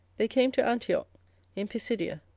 they came to antioch in pisidia,